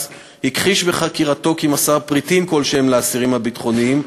הכחיש בחקירתו כי מסר פריטים כלשהם לאסירים הביטחוניים,